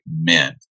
men